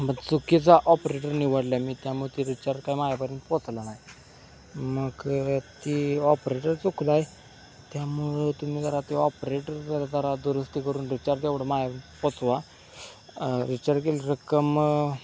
म चुकीचा ऑपरेटर निवडलाय मी त्यामुळे ते रिचार्ज काय मायापर्यंत पोचला नाई मग ती ऑपरेटर चुकलाय त्यामुळं तुम्ही जरा ते ऑपरेटर जरा जरा दुरुस्ती करून रिचार्ज एवढं माया पोचवा रिचार्ज केली रक्कम